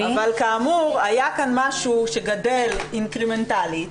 אבל כאמור היה כאן משהו שגדל אינקרמנטלית,